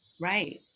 Right